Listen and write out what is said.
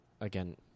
again